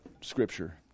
scripture